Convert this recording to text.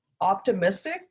optimistic